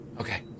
Okay